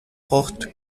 porte